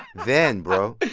then, bro.